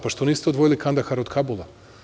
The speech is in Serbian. Pa što niste odvojili Kandahar od Kabula?